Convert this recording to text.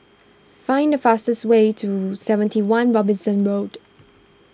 find the fastest way to seventy one Robinson Road